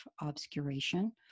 obscuration